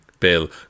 bill